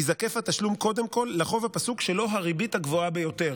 ייזקף התשלום קודם כול לחוב הפסוק שבו הריבית הגבוהה ביותר.